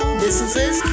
businesses